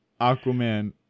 Aquaman